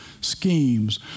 schemes